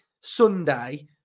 Sunday